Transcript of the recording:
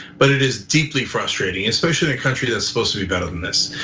but it is deeply frustrating especially in a country that's supposed to be better than this.